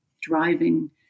driving